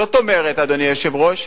זאת אומרת, אדוני היושב-ראש: